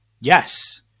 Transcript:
yes